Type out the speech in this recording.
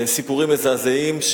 סיפורים מזעזעים,